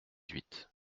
huit